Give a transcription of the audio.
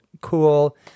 cool